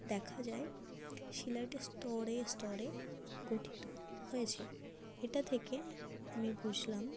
দেখা যায় শিলাটি স্তরে স্তরে গঠিত হয়েছে এটা থেকে আমি বুঝলাম